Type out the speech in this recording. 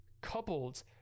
coupled